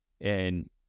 and-